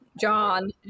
John